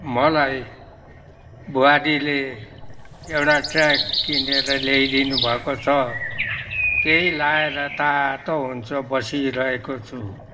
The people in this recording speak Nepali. मलाई बुहारीले एउटा ट्र्याक किनिदिएर ल्याइदिनुभएको छ त्यही लाएर तातो हुन्छ बसिरहेको छु